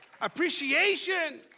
appreciation